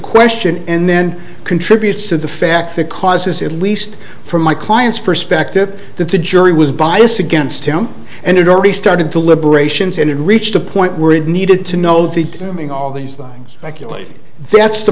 question and then contributes to the fact that causes at least from my client's perspective that the jury was biased against him and it already started to liberations and it reached a point where it needed to know the thing all the speculation that's the